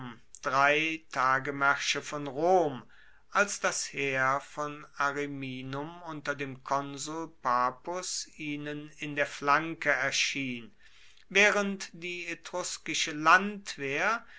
drei tagemaersche von rom als das heer von ariminum unter dem konsul papus ihnen in der flanke erschien waehrend die etruskische landwehr